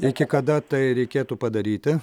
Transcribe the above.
iki kada tai reikėtų padaryti